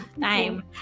time